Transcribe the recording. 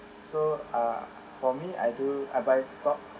so ah for me I do I buy stock